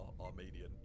Armenian